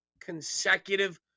consecutive